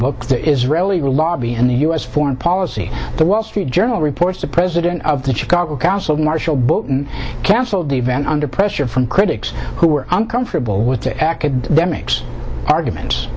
book the israeli lobby in the us foreign policy the wall street journal reports the president of the chicago council marshall button canceled the event under pressure from critics who were uncomfortable with the academics argument